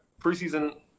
preseason